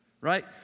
right